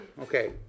Okay